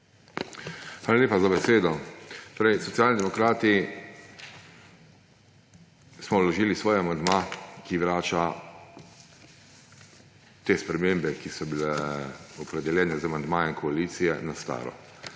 Hvala lepa za besedo. Socialni demokrati smo vložili amandma, ki vrača te spremembe, ki so bile opredeljene z amandmajem koalicije, na staro.